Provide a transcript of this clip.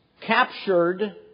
captured